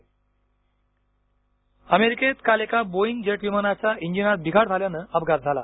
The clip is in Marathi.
अमेरिका विमान अपघात अमेरिकेत काल एका बोईग जेट विमानाच्या इंजिनात बिघाड झाल्यानं अपघात झाला